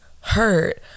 hurt